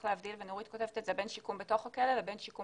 להבדיל בין שיקום בתוך הכלא לבין שיקום